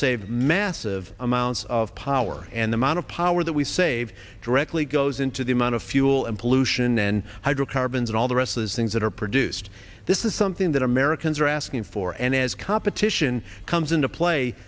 save massive amounts of power and the amount of power that we save directly goes into the amount of fuel and pollution and hydrocarbons and all the rest of the things that are produced this is something that americans are asking for and as competition comes into play